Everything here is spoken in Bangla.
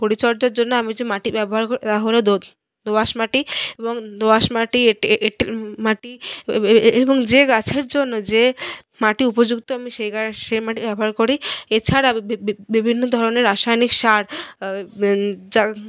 পরিচর্চার জন্য আমি যে মাটি ব্যবহার করি তা হলো দোঁয়াশ মাটি এবং দোঁয়াশ মাটি এঁটেল মাটি এবং যে গাছের জন্য যে মাটি উপযুক্ত আমি সে সে মাটি ব্যবহার করি এছাড়া বিভিন্ন ধরনের রাসায়নিক সার